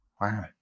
Wow